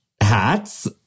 hats